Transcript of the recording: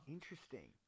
Interesting